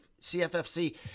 cffc